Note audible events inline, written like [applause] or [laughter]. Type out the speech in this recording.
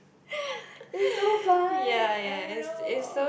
[laughs] it's so fun I don't know